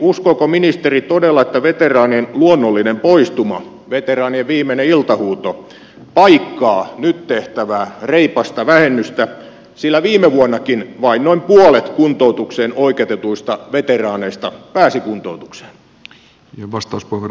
uskooko ministeri todella että veteraanien luonnollinen poistuma veteraanien viimeinen iltahuuto paikkaa nyt tehtävää reipasta vähennystä sillä viime vuonnakin vain noin puolet kuntoutukseen oikeutetuista veteraaneista pääsi kuntoutukseen